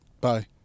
Bye